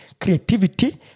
creativity